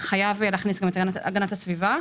חייבם להכניס את הגנת הסביבה.